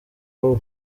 wowe